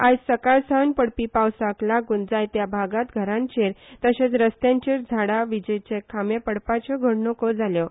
आयज सकाळ सावन पडपी पावसाक लागून जायत्या भागांत घरांचेर तशेंच रस्त्यांचेर झाडा विजेचेखांबे पडपाच्यो घडग्रलो जाल्यो